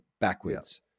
backwards